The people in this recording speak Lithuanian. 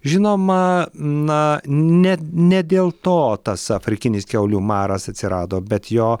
žinoma na ne ne dėl to tas afrikinis kiaulių maras atsirado bet jo